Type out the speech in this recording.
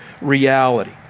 reality